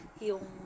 yung